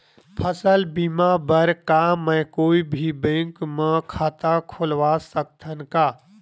फसल बीमा बर का मैं कोई भी बैंक म खाता खोलवा सकथन का?